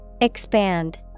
Expand